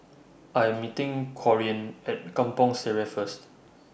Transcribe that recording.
I Am meeting Corinne At Kampong Sireh First